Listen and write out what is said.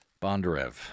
Bondarev